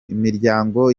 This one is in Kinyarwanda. imiryango